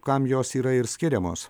kam jos yra ir skiriamos